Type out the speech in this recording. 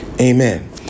Amen